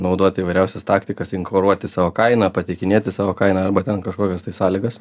naudoti įvairiausias taktikas inkoruoti savo kainą pateikinėti savo kainą arba ten kažkokias sąlygas